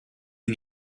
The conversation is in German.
wir